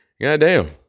Goddamn